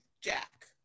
Jack